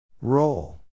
Roll